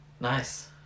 Nice